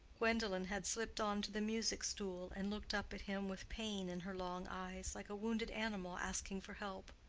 gwendolen had slipped on to the music-stool, and looked up at him with pain in her long eyes, like a wounded animal asking for help.